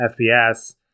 FPS